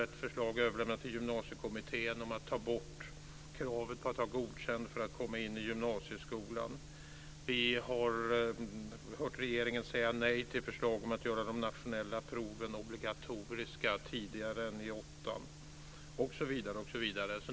Det har överlämnats ett förslag till Gymnasiekommittén om att ta bort kravet om att vara godkänd för att komma in på gymnasieskolan. Vi har hört regeringen säga nej till förslag om att göra de nationella proven obligatoriska i tidigare årskurser än årskurs 8, osv.